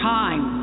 time